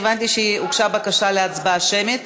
אני הבנתי שהוגשה בקשה להצבעה שמית.